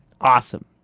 awesome